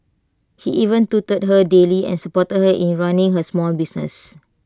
he even tutored her daily and supported her in running her small business